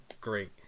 great